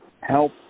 help